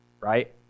Right